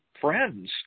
friends